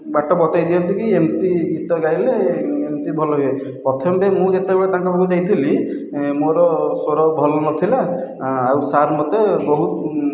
ବାଟ ବତାଇ ଦିଅନ୍ତି ଏମିତି ଗୀତ ଗାଇଲେ ଏମିତି ଭଲ ହୁଏ ପ୍ରଥମରେ ମୁଁ ଯେବେ ତାଙ୍କ ପାଖକୁ ଯାଇଥିଲି ମୋର ସ୍ୱର ଭଲ ନଥିଲା ଆଉ ସାର୍ ମୋତେ ବହୁତ